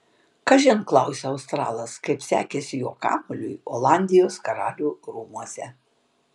kažin klausia australas kaip sekėsi jo kamuoliui olandijos karalių rūmuose